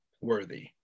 worthy